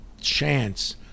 chance